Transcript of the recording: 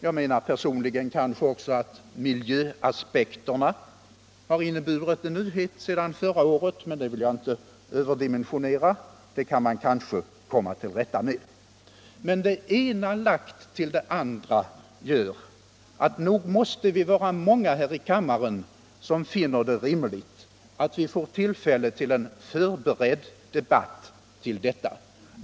Jag menar personligen att också miljöaspekterna inneburit en nyhet sedan förra året, men det vill jag inte överdimensionera —- miljöproblemen kan man kanske komma till rätta med. Det ena lagt till det andra gör emellertid att vi måste vara många här i kammaren som finner det rimligt att vi får tillfälle till en förberedd debatt om detta.